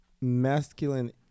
Masculine